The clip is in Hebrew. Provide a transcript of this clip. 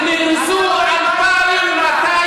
לידך,